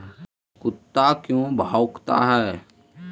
कुत्ता क्यों भौंकता है?